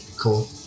Cool